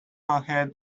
ahead